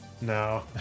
No